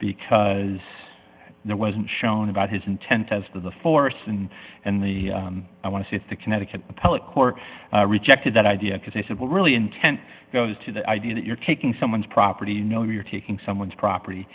because there wasn't shown about his intent as to the force and and the i want to see if the connecticut appellate court rejected that idea because they said well really intent goes to the idea that you're taking someone's property no you're taking someone's property